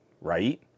right